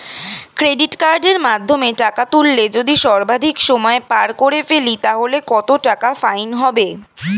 Credit কার্ডের মাধ্যমে টাকা তুললে যদি সর্বাধিক সময় পার করে ফেলি তাহলে কত টাকা ফাইন হবে?